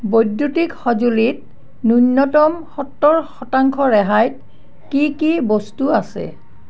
বৈদ্যুতিক সঁজুলিত ন্যূনতম সত্তৰ শতাংশ ৰেহাইত কি কি বস্তু আছে